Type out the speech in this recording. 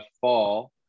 fall